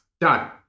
Done